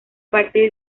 partir